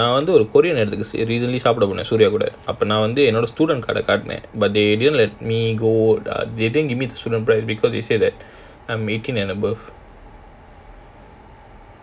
well you know why or not korean recently சாப்பிட போனேன் சூர்யா கூட:saapida ponaen sooryaa kooda student card ah காட்டினேன்:kaatinaen but they didn't let me go they didn't give me the student price because they said that I'm eighteen and above